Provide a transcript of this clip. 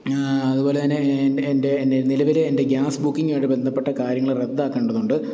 അതുപോലതന്നെ എ എൻ്റെ എൻ്റെ നിലവിലെ എൻ്റെ ഗ്യാസ് ബുക്കിങ്ങായിട്ട് ബന്ധപ്പെട്ട കാര്യങ്ങൾ റദ്ദാക്കേണ്ടതുണ്ട്